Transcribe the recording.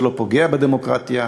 זה לא פוגע בדמוקרטיה.